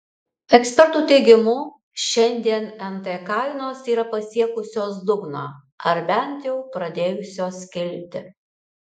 ekspertų teigimu šiandien nt kainos yra pasiekusios dugną ar bent jau pradėjusios kilti